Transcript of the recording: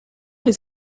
les